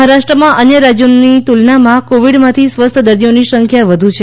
મહારાષ્ટ્રમાં અન્ય રાજ્યોની તુલનામાં કોવિડમાંથી સ્વસ્થ દર્દીઓની સંખ્યા વધુ છે